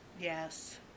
Yes